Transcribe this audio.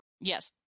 Yes